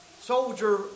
soldier